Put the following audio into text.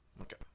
Okay